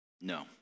No